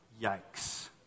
Yikes